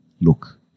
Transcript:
look